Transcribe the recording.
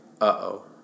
uh-oh